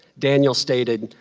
daniel stated,